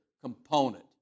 component